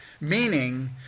meaning